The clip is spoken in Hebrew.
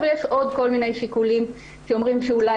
אבל יש עוד כל מיני שיקולים שאומרים שאולי